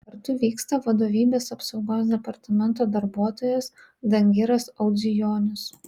kartu vyksta vadovybės apsaugos departamento darbuotojas dangiras audzijonis